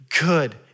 good